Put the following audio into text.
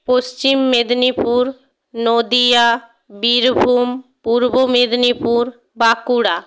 Paschim Medinipur Nadia Birbhum Purba Medinipur Bankura